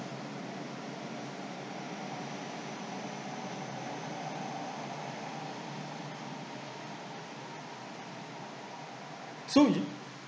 so you